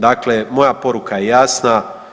Dakle, moja poruka je jasna.